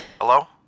Hello